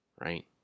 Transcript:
right